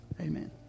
amen